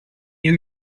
new